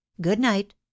good-night